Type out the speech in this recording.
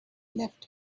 left